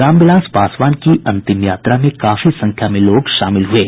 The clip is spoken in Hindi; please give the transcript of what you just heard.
रामविलास पासवान की अंतिम यात्रा में काफी संख्या में लोग शामिल हुये